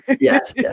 Yes